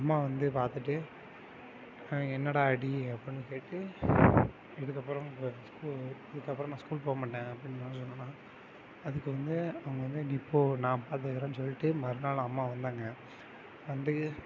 அம்மா வந்து பார்த்துட்டு என்னடா அடி அப்புடின்னு கேட்டு இதுக்கப்பறம் இதுக்கப்பறம் நான் ஸ்கூல் போக மாட்டேன் அப்டின்னு நான் சொன்னே அதுக்கு வந்து அவங்க வந்து நீ போ நான் பார்த்துக்கறன் சொல்லிட்டு மறுநாள் அம்மா வந்தாங்க வந்து